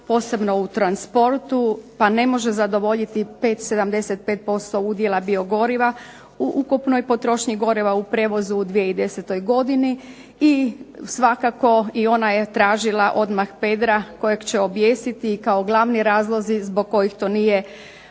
posebno u transportu pa ne može zadovoljiti 75% udjela biogoriva u ukupnoj potrošnji goriva u prijevozu u 2010. godini i svakako i ona je tražila odmah Pedra kojeg će objesiti. Kao glavni razlozi zbog kojih to nije